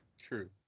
true